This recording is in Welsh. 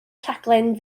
rhaglen